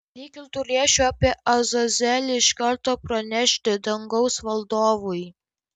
lyg ir turėčiau apie azazelį iš karto pranešti dangaus valdovui